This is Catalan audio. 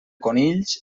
conills